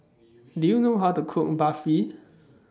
Do YOU know How to Cook Barfi